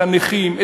את הנכים,